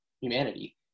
humanity